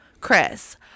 Chris